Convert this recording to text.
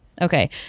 Okay